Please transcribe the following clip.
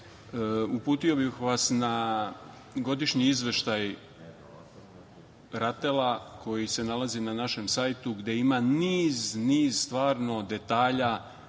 Uputio bih vas na godišnji izveštaj RATEL-a koji se nalazi na našem sajtu gde ima niz detalja